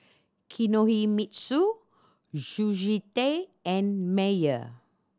Kinohimitsu Sushi Tei and Mayer